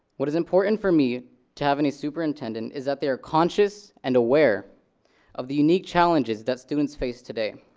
what is important for me to have in a superintendent is that they are conscious and aware of the unique challenges that students face today.